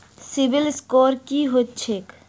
CIBIL score की होइत छैक?